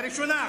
לראשונה,